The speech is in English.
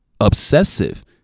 obsessive